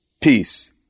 peace